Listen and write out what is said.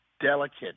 delicate